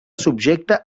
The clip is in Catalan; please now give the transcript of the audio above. subjecte